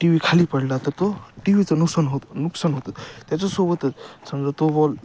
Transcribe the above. T V खाली पडला तर तो टी व्हीचं नुकसान होत नुकसान होतं त्याच्यासोबत समजा तो बॉल